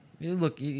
Look